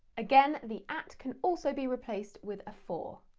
again, the at can also be replaced with a for.